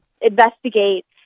investigate